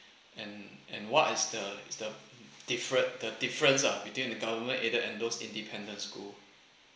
and and what is the is the different uh difference uh between the government aided and those independent school